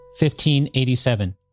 1587